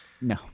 No